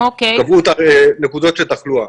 קבעו נקודות של תחלואה.